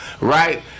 right